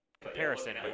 comparison